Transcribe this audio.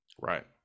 right